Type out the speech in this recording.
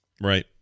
Right